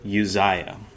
Uzziah